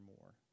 more